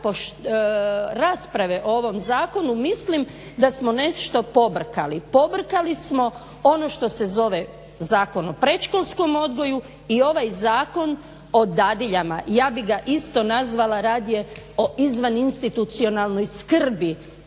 rasprave o ovom zakonu mislim da smo nešto pobrkali, pobrkali smo ono što se zove Zakon o predškolskom odgoju i ovaj Zakon o dadiljama. I ja bih ga isto nazvala radije o izvaninstitucionalnoj skrbi